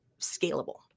scalable